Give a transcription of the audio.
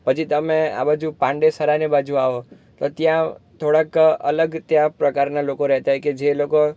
પછી તમે આ બાજુ પાંડેસરા ને એ બાજું આવો તો ત્યાં થોડાક અલગ ત્યાં પ્રકારનાં લોકો રહેતાં હોય કે જે લોકો